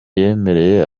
yemereye